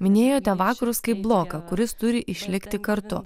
minėjote vakarus kaip bloką kuris turi išlikti kartu